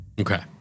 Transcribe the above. Okay